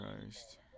Christ